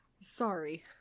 Sorry